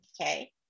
Okay